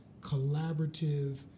collaborative